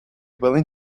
willing